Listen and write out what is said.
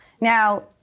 Now